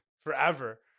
forever